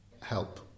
help